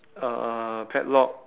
uh padlock